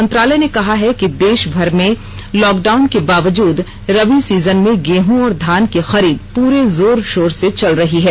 मंत्रालय ने कहा है कि देशभर में लॉकडाउन के बावजूद रबी सीजन में गेहूं और धान की खरीद प्रे जोर शोर से चल रही है